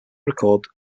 record